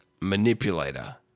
Manipulator